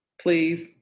please